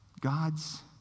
God's